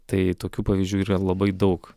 tai tokių pavyzdžių yra labai daug